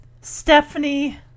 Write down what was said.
Stephanie